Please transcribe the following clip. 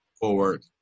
forward